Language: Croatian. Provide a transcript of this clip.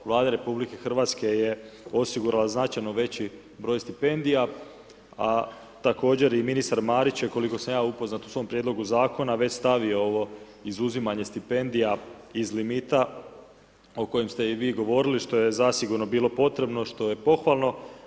Vlada RH je osigurala značajno veći broj stipendija, a također i ministar Marić je, koliko sam ja upoznat u svom prijedlogu zakona, već stavio ovo izuzimanje stipendija iz limita, o kojem ste i vi govorili, što je zasigurno bilo potrebno, što je pohvalno.